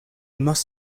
must